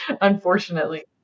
unfortunately